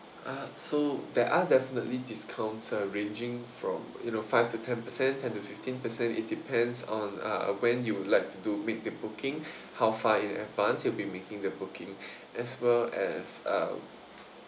uh so there are definitely discounts uh ranging from you know five to ten percent ten to fifteen percent it depends on uh when you would like to do make the booking how far in advance you'll be making the booking as well as uh